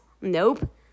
Nope